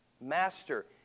Master